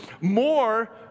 more